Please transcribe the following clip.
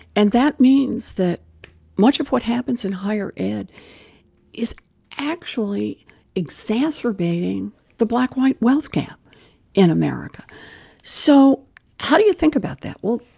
and that means that much of what happens in higher ed is actually exacerbating the black-white wealth gap in america so how do you think about that? well,